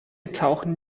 tauchen